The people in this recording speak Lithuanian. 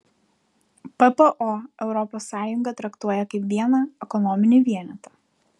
ppo europos sąjungą traktuoja kaip vieną ekonominį vienetą